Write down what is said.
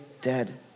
dead